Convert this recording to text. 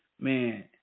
man